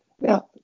Now